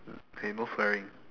hey no swearing